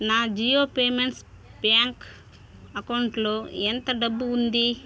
నా Jio payments bank అకౌంటులో ఎంత డబ్బు ఉంది